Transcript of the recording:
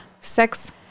sex